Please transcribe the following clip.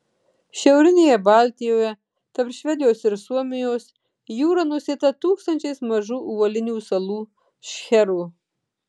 šiaurinėje baltijoje tarp švedijos ir suomijos jūra nusėta tūkstančiais mažų uolinių salų šcherų